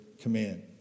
command